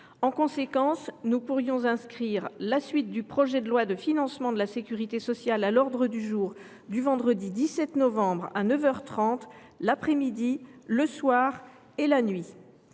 En conséquence, nous pourrions inscrire la suite de l’examen du projet de loi de financement de la sécurité sociale à l’ordre du jour du vendredi 17 novembre, à neuf heures trente, l’après midi, le soir et la nuit.